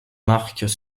marques